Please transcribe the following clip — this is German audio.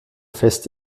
fest